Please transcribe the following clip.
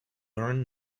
learn